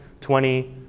twenty